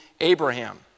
abraham